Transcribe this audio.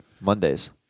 Mondays